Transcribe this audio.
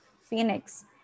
Phoenix